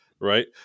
right